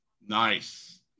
Nice